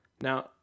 Now